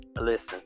Listen